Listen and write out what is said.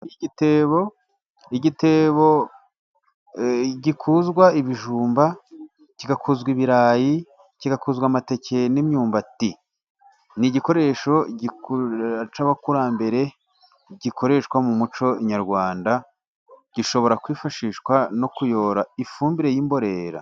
Igitebo gikuzwa ibijumba kigakuzwa ibirayi, kigakuzwa amateke n'imyumbati. N'igikoresho cy'abakurambere gikoreshwa mu muco nyarwanda, gishobora kwifashishwa no kuyora ifumbire y'imborera.